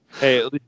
Hey